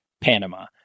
Panama